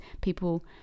people